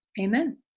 amen